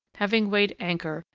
having weighed anchor,